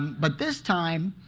but this time,